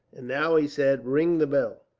and now, he said, ring the bell.